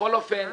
בכל אופן,